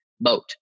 boat